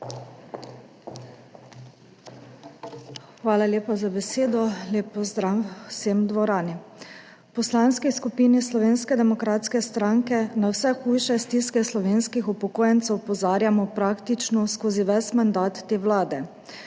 Hvala lepa za besedo. Lep pozdrav vsem v dvorani! V Poslanski skupini Slovenske demokratske stranke na vse hujše stiske slovenskih upokojencev opozarjamo praktično skozi ves mandat te vlade.